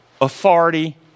authority